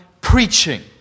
preaching